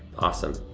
awesome,